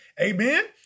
Amen